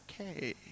okay